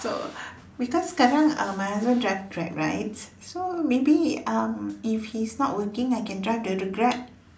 so because sekarang uh my husband drives Grab right so maybe um if he's not working I can drive the Grab